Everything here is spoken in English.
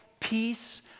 peace